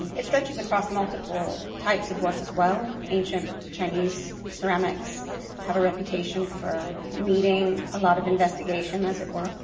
and it stretches across multiple types of work as well. ancient chinese ceramics have a reputation for needing a lot of investigation, as it were.